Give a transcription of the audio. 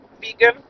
vegan